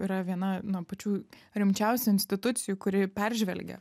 yra viena na pačių rimčiausių institucijų kuri peržvelgia